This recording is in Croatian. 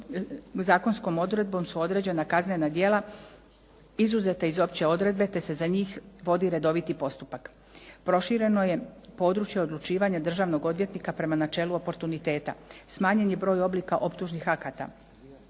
zakonskom odredbom su određena kaznena djela izuzete iz opće odredbe te se za njih vodi redoviti postupak. Prošireno je područje odlučivanja državnog odvjetnika prema načelu oportuniteta. Smanjen je broj oblika optužnih akata.